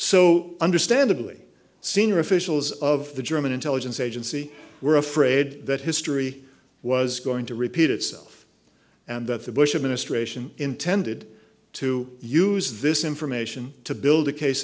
so understandably senior officials of the german intelligence agency were afraid that history was going to repeat itself and that the bush administration intended to use this information to build a case